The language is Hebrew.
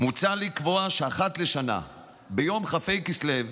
מוצע לקבוע שאחת לשנה ביום כ"ה בכסלו,